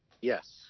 Yes